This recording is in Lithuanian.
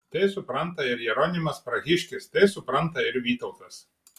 tai supranta ir jeronimas prahiškis tai supranta ir vytautas